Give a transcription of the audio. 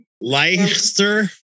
Leicester